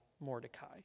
Mordecai